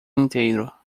inteiro